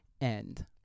end